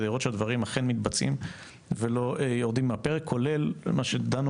כדי לראות שהדברים אכן מתבצעים ולא יורדים מהפרק כולל מה שדנו